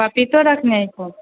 पपीतो रखने हिको